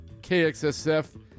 KXSF